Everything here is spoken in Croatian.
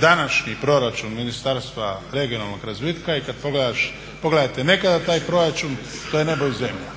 današnji proračun Ministarstva regionalnog razvitka i kada pogledate nekada taj proračun to je nebo i zemlja.